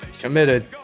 committed